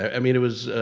i mean, it was,